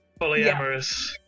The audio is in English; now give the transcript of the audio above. polyamorous